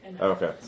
Okay